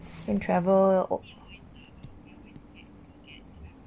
and travel oh